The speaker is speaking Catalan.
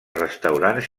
restaurants